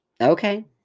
Okay